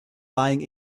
lying